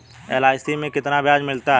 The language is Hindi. एल.आई.सी में कितना ब्याज मिलता है?